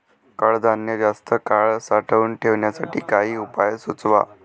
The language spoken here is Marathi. कडधान्य जास्त काळ साठवून ठेवण्यासाठी काही उपाय सुचवा?